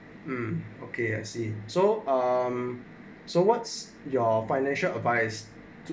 mm okay I see so um so what's your financial advice